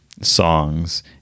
songs